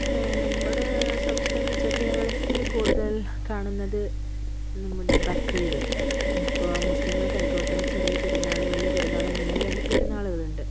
നമ്മുടെ സംസ്ഥാനത്ത് എന്ന് വച്ചാൽ കേരളത്തിൽ കൂടുതൽ കാണുന്നത് നമ്മുടെ ബക്രീദ് ഇപ്പോൾ മുസ്ലിങ്ങൾക്ക് ആയിക്കോട്ടെ ചെറിയ പെരുന്നാള് വലിയ പെരുന്നാള് എന്നിങ്ങനെ രണ്ട് പെരുന്നാളുകളുണ്ട്